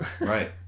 right